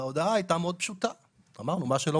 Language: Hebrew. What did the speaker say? ההודעה הייתה מאוד פשוטה: משרד